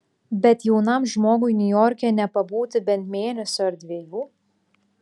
bet jaunam žmogui niujorke nepabūti bent mėnesio ar dviejų